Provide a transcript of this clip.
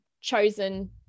chosen